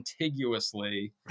contiguously